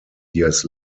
years